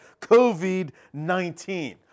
COVID-19